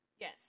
Yes